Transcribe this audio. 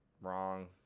wrong